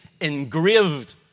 engraved